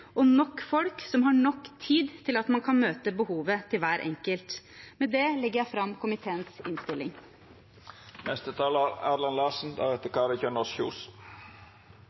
og nok folk som har nok tid til at man kan møte behovet til hver enkelt. Med det legger jeg fram komiteens innstilling.